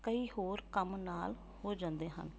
ਕਈ ਹੋਰ ਕੰਮ ਨਾਲ ਹੋ ਜਾਂਦੇ ਹਨ